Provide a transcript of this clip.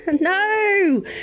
no